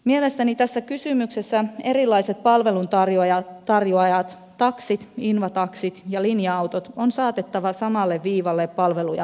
mielestäni tässä kysymyksessä erilaiset palveluntarjoajat taksit invataksit ja linja autot on saatettava samalle viivalle palveluja parantaen